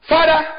Father